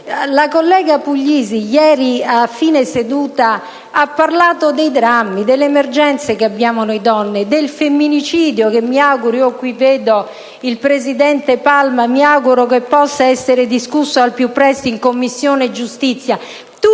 La collega Puglisi ieri, a fine seduta, ha parlato dei drammi, delle emergenze che abbiamo noi donne e del femminicidio, che mi auguro - vedo qui il presidente Palma - possa essere oggetto di discussione al più presto in Commissione giustizia.